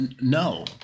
no